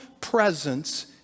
presence